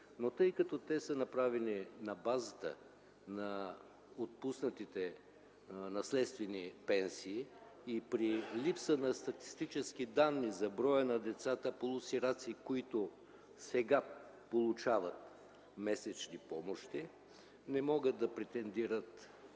Но тъй като те са направени на базата на отпуснатите наследствени пенсии и при липса на статистически данни за броя на децата полусираци, които сега получават месечни помощи, не биха могли да претендират